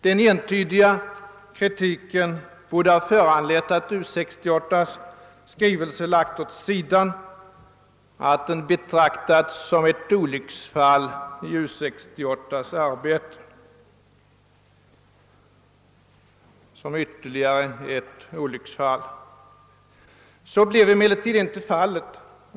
Den entydiga kritiken borde ha föranlett att U 68:s skrivelse lagts åt sidan och betraktats som ett olycksfall i U 68:s arbete — som ytterligare ett olycksfall. Så blev emellertid inte fallet.